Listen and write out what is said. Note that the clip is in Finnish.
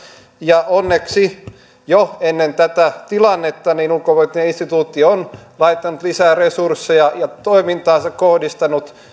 onneksi jo ennen tätä tilannetta ulkopoliittinen instituutti on laittanut lisää resursseja ja kohdistanut toimintaansa